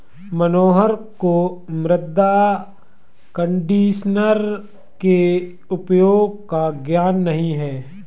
मनोहर को मृदा कंडीशनर के उपयोग का ज्ञान नहीं है